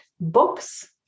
books